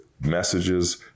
messages